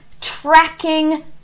tracking